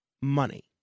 Money